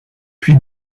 puis